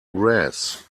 grass